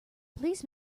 please